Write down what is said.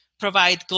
provide